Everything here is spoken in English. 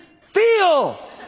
feel